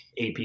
AP